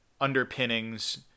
underpinnings